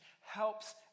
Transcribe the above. helps